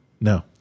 No